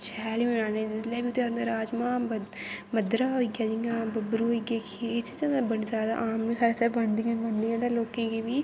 शैल गै बनाने जिसलै बी तेहार होंदा राजमाह् मद्दरा होई गेआ जियां बब्बरू होई गे खीर एह् चीजां बड़ी जैदा आम न साढ़े इत्थै बनदियां गै बनदियां ते लोकें गी बी